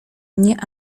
nie